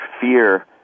fear